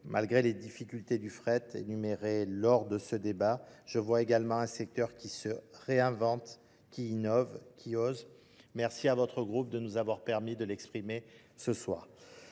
Malgré les difficultés du fret, énumérées lors de ce débat, je vois également un secteur qui se réinvente, qui innove, qui ose. Merci à votre groupe de nous avoir permis de l'exprimer ce soir.